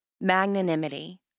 magnanimity